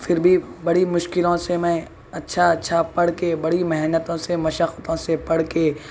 پھر بھی بڑی مشکلوں سے میں اچھا اچھا پڑھ کے بڑی محنتوں سے مشقتوں سے پڑھ کے